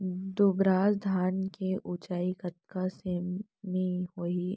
दुबराज धान के ऊँचाई कतका सेमी होथे?